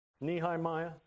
Nehemiah